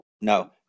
no